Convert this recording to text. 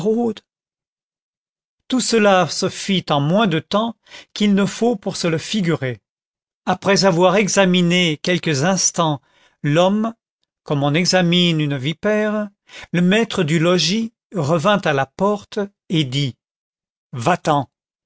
tout cela se fit en moins de temps qu'il ne faut pour se le figurer après avoir examiné quelques instants l'homme comme on examine une vipère le maître du logis revint à la porte et dit va-t'en